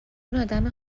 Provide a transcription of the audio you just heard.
آدم